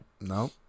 no